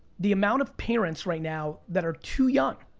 the amount of parents right now that are too young